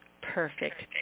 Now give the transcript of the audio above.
Perfect